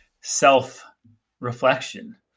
self-reflection